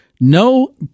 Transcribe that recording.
no